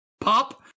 pop